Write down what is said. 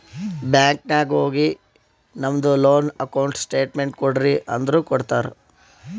bank ನಾಗ್ ಹೋಗಿ ನಮ್ದು ಲೋನ್ ಅಕೌಂಟ್ ಸ್ಟೇಟ್ಮೆಂಟ್ ಕೋಡ್ರಿ ಅಂದುರ್ ಕೊಡ್ತಾರ್